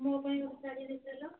ମୋ ପାଇଁ ଗୋଟେ ଶାଢ଼ୀ ଦେଖାଇଲ